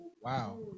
Wow